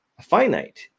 finite